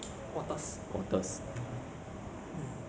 就些会喜迎我们这些